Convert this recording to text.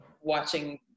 watching